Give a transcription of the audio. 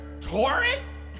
Taurus